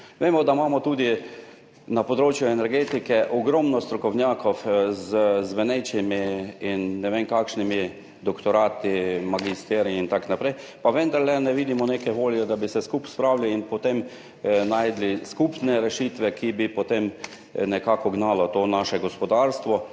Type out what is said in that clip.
Vemo, da imamo tudi na področju energetike ogromno strokovnjakov z zvenečimi in ne vem kakšnimi doktorati, magisteriji in tako naprej, pa vendarle ne vidimo neke volje, da bi se spravili skupaj in potem našli skupne rešitve, ki bi potem nekako gnale to naše gospodarstvo